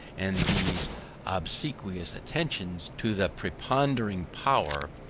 and these obsequious attentions to the preponderating power,